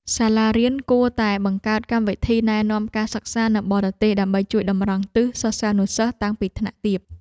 សាលារៀនគួរតែបង្កើតកម្មវិធីណែនាំការសិក្សានៅបរទេសដើម្បីជួយតម្រង់ទិសសិស្សានុសិស្សតាំងពីថ្នាក់ទាប។